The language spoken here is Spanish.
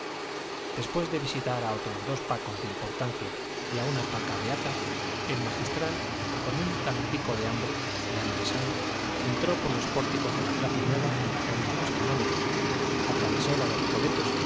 después de visitar a otros dos pacos de importancia y a una paca beata el magistral con un tantico de hambre de hambre sana entró por los pórticos de la plaza nueva en la calle de los canónigos atravesó la de recoletos